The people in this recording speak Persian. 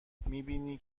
میبینی